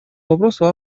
вопросу